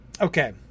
Okay